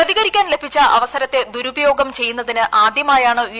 പ്രതികരിക്കാൻ ലഭിച്ച അവസരത്തെ ദുരുപയോഗം ചെയ്യുന്നതിന് ആദ്യമായാണ് യു